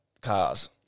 cars